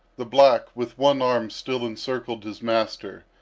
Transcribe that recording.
the black with one arm still encircled his master,